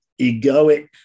egoic